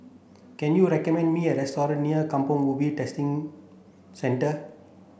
can you recommend me a restaurant near Kampong Ubi Test Centre